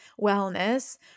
wellness –